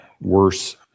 worse